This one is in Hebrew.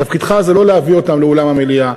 תפקידך זה לא להביא אותן לאולם המליאה.